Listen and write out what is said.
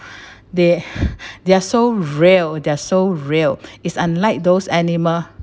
they they are so real they are so real it's unlike those animal